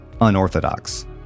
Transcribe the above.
unorthodox